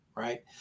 right